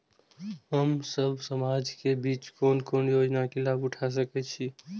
हम सब समाज के बीच कोन कोन योजना के लाभ उठा सके छी?